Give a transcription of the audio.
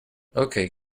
okay